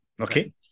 Okay